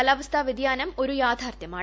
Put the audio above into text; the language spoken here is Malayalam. കാലാവസ്ഥാ വ്യതിയാനം ഒരു യാഥാർത്ഥ്യമാണ്